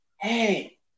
Hey